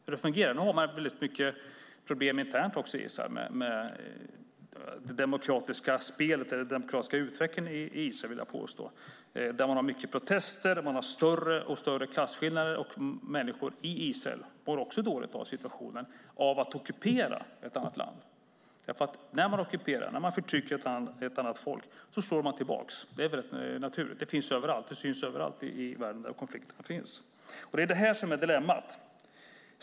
Jag vill påstå att de har väldigt mycket problem internt också i Israel med det demokratiska spelet eller den demokratiska utvecklingen. Det finns mycket protester och större och större klasskillnader. Människor i Israel mår också dåligt av att ockupera ett annat land. När man ockuperar och förtrycker ett annat folk slår det tillbaka. Det är naturligt. Det syns överallt i världen där det finns konflikter. Det här är dilemmat.